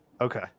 Okay